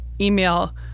email